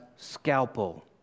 scalpel